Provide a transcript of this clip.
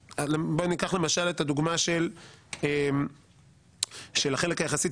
ניקח למשל את הדוגמה של החלק היחסי,